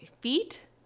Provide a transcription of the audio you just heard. feet